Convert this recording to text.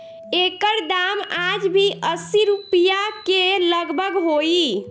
एकर दाम आज भी असी रुपिया के लगभग होई